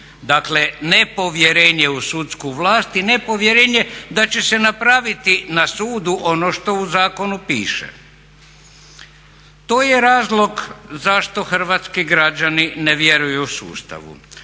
Dakle, nepovjerenje u sudsku vlast i nepovjerenje da će se napraviti na sudu ono što u zakonu piše. To je razlog zašto hrvatski građani ne vjeruju u sustav.